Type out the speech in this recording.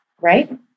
right